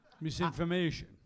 Misinformation